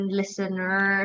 listener